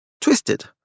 twisted